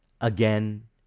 again